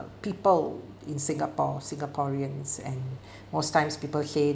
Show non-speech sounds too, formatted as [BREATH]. people in singapore singaporeans and [BREATH] most times people say